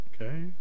okay